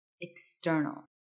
external